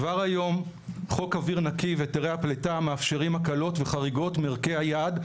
כבר היום חוק אוויר נקי והיתרי הפלטה מאפשרים הקלות וחריגות מערכי היעד.